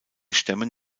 stämmen